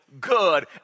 good